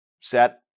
set